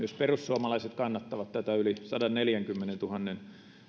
perussuomalaiset kannattavat tätä yli sadanneljänkymmenentuhannen